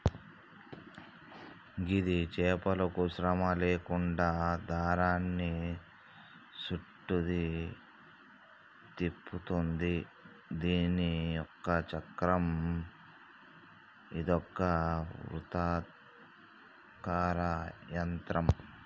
గిది చేతులకు శ్రమ లేకుండా దారాన్ని సుట్టుద్ది, తిప్పుతుంది దీని ఒక చక్రం ఇదొక వృత్తాకార యంత్రం